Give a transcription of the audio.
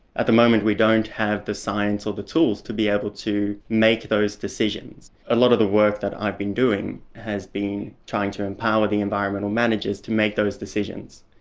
at the moment we don't have the science or the tools to be able to make those decisions. a lot of the work that i've been doing has been trying to empower the environmental managers to make those decisions,